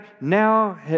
now